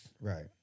Right